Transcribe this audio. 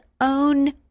own